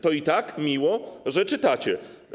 To i tak miło, że czytacie.